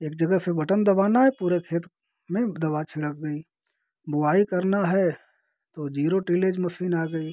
एक जगह से बटन दबाना है पूरे खेत में दवा छिड़क गई बोआई करना है तो जीरो टीलेज मसीन आ गई